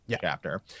chapter